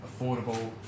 affordable